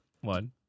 one